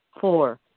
Four